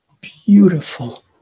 beautiful